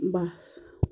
بس